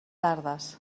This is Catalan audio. tardes